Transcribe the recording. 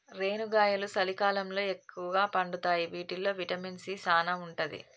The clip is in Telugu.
రేనుగాయలు సలికాలంలో ఎక్కుగా పండుతాయి వీటిల్లో విటమిన్ సీ సానా ఉంటది